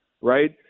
right